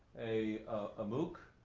a ah mooc